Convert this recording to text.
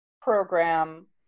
program